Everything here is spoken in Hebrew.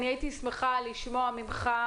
הייתי שמחה לשמוע ממך,